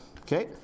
Okay